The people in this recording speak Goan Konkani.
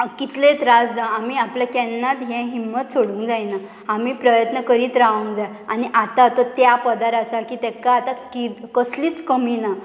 कितले त्रास जावं आमी आपलें केन्नाच हें हिम्मत सोडूंक जायना आमी प्रयत्न करीत रावूंक जाय आनी आतां तो त्या पदार आसा की ताका आतां कि कसलीच कमी ना